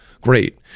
Great